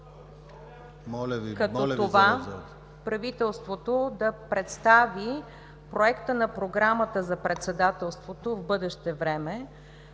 …като това правителството да представи Проекта на програмата за председателството в бъдеще време,